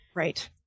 Right